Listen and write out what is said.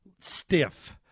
stiff